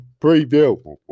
preview